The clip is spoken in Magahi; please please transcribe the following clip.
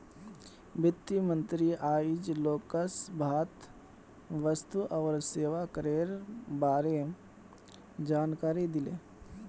वित्त मंत्री आइज लोकसभात वस्तु और सेवा करेर बारे जानकारी दिले